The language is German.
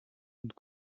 und